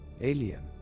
Alien